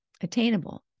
Attainable